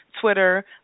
Twitter